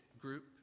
group